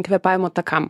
kvėpavimo takam